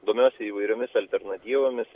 domiuosi įvairiomis alternatyvomis